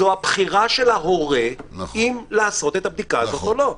זו הבחירה של ההורה אם לעשות את הבדיקה הזאת או לא.